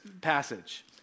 passage